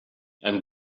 and